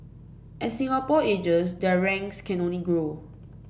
as Singapore ages their ranks can only grow